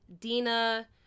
dina